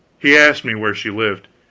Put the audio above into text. he asked me where she lived.